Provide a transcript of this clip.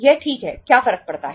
यह ठीक है क्या फर्क पड़ता है